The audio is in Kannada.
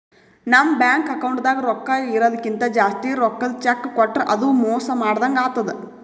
ನಮ್ ಬ್ಯಾಂಕ್ ಅಕೌಂಟ್ದಾಗ್ ರೊಕ್ಕಾ ಇರದಕ್ಕಿಂತ್ ಜಾಸ್ತಿ ರೊಕ್ಕದ್ ಚೆಕ್ಕ್ ಕೊಟ್ರ್ ಅದು ಮೋಸ ಮಾಡದಂಗ್ ಆತದ್